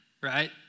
Right